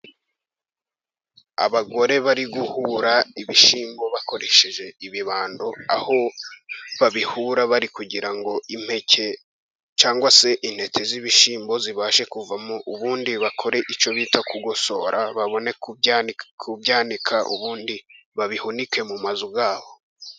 Abagore bari guhura ibishyimbo bakoresheje ibibando, aho babihura bari kugira ngo impeke cyangwa se intete z'ibishyimbo zibashe kuvamo, ubundi bakore icyo bita kugosora babone kubyanika, ubundi babihunike mu mazu yabo.